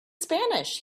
spanish